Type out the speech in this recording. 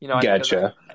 Gotcha